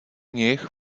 nich